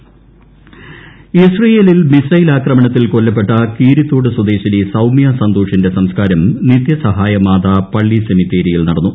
സൌമൃ സന്തോഷ് ഇസ്രയിലിൻ മിസൈൽ ആക്രമണത്തിൽ കൊല്ലപ്പെട്ട കീരിത്തോട് സ്വദേശിനി സൌമൃസന്തോഷിന്റെ സംസ്കാരം നിതൃസഹായ മാതാ പള്ളി സെമിത്തേരിയിൽ നടന്നു